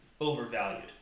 overvalued